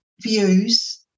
views